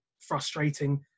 frustrating